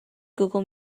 google